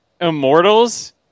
Immortals